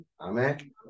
Amen